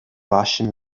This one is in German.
waschen